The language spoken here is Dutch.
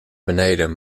beneden